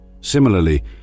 Similarly